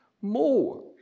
More